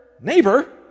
neighbor